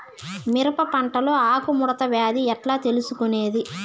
మిరప పంటలో ఆకు ముడత వ్యాధి ఎట్లా తెలుసుకొనేది?